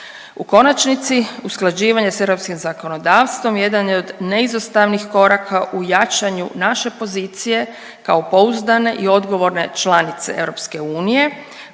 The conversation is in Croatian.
U konačnici usklađivanje s europskim zakonodavstvom jedan je od neizostavnih koraka u jačanju naše pozicije kao pouzdane i odgovorne članice EU koja